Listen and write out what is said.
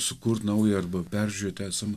sukurt naują arba peržiūrėt esamą